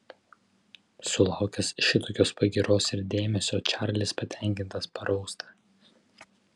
sulaukęs šitokios pagyros ir dėmesio čarlis patenkintas parausta